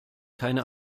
keine